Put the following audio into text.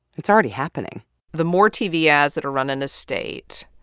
it's already happening the more tv ads that are run in a state,